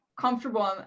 comfortable